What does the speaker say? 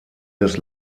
des